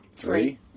three